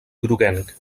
groguenc